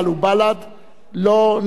להביע אי-אמון בממשלה לא נתקבלה.